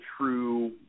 true –